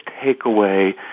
takeaway